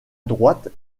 droite